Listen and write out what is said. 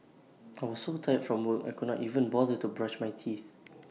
I was so tired from work I could not even bother to brush my teeth